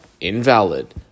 invalid